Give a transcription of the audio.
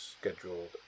scheduled